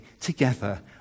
together